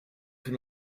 can